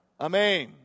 Amen